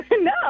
No